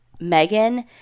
megan